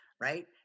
right